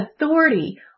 authority